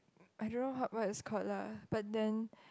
I don't know how what is called lah but then